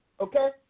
okay